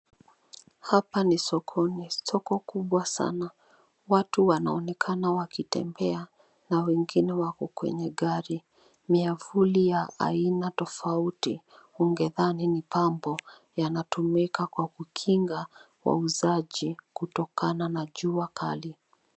Hapa ni soko. Ni soko kubwa sana. Watu wanaonekana wakitembea, na wengine wako kwenye gari. Miavuli ya aina tofauti, ungedhani ni pambo yanatumika kwa kukinga wauzaji kutokana na jua kali.